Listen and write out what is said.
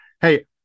Hey